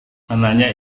anaknya